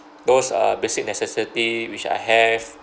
those are basic necessity which I have